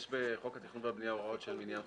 יש בחוק התכנון והבנייה הוראות שהן בניין חוקי,